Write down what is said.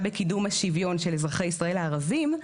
בקידום השוויון של אזרחי ישראל הערבים,